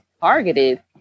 targeted